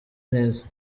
neza